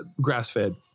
grass-fed